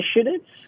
initiatives